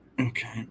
Okay